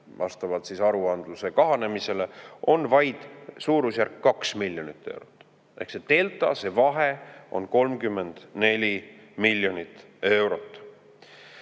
vastavalt aruandluse kahanemisele, on vaid suurusjärgus kaks miljonit eurot. Ehk see delta, see vahe on 34 miljonit eurot.